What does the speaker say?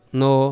no